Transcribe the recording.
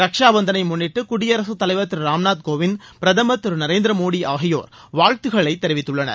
ரக்ஷாபந்தனை முன்னிட்டு குடியரசுத் தலைவர் திரு ராம்நாத் கோவிந்த் பிரதமர் திரு நரேந்திர மோடி ஆகியோர் வாழ்த்து தெரிவித்துள்ளனர்